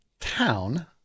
town